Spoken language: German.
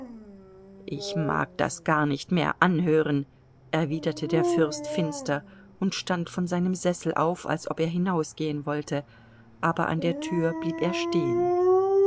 ich mag das gar nicht mehr anhören erwiderte der fürst finster und stand von seinem sessel auf als ob er hinausgehen wollte aber an der tür blieb er stehen